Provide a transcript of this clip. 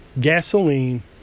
gasoline